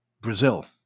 Brazil